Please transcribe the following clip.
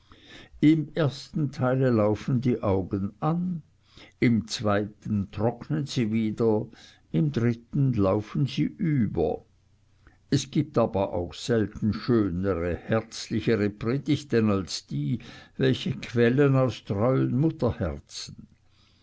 im ersten teile laufen die augen an im zweiten trocknen sie wieder im dritten laufen sie über es gibt aber auch selten schönere herzlichere predigten als die welche quellen aus treuen mutterherzen